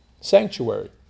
sanctuary